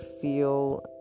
feel